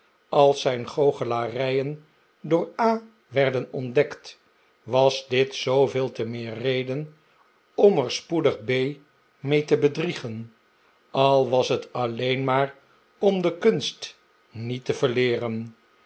als zijn goochelarijen door a werden ontdekt was dit zooveel te meer reden om er spoedig b mee te bedriegen al was het alleen maar om de kunst niet te verleeren